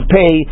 pay